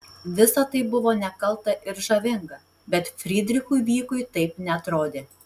visa tai buvo nekalta ir žavinga bet frydrichui vykui taip neatrodė